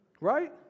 Right